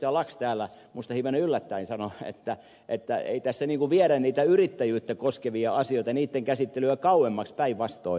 laxell täällä hivenen yllättäen sanoi ei tässä viedä toimistoista niitä yrittäjyyttä koskevia asioita niitten käsittelyä kauemmaksi päinvastoin